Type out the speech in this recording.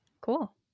cool